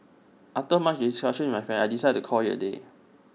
after much discussion with my family I've decided to call IT A day